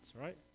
right